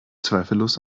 zweifellos